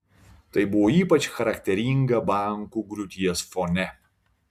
tai buvo ypač charakteringa bankų griūties fone